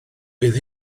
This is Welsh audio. bydd